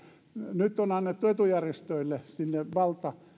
nyt on annettu sinne etujärjestöille valta